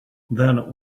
then